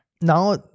now